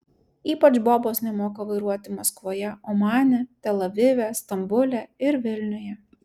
ypač bobos nemoka vairuoti maskvoje omane tel avive stambule ir vilniuje